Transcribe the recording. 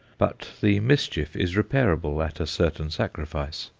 but the mischief is reparable at a certain sacrifice.